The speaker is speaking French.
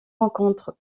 rencontres